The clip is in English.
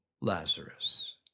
Lazarus